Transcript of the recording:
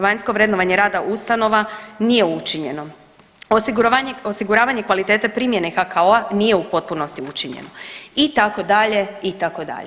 Vanjsko vrednovanje rada ustanova nije učinjeno Osiguranje kvalitete primjene HKO-a nije u potpunosti učinjeno itd. itd.